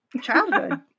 childhood